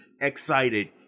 excited